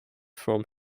from